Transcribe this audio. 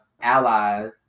allies